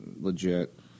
legit